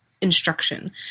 instruction